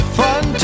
fun